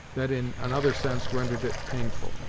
that in another sense rendered it painful.